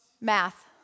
Math